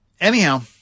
anyhow